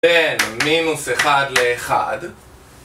כן, מינוס אחד לאחד